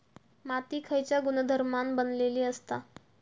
माती खयच्या गुणधर्मान बनलेली असता?